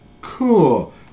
cool